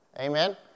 Amen